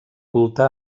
culte